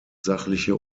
sachliche